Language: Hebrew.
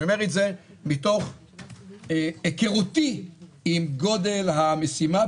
אני אומר את זה מתוך היכרותי את גודל המשימה.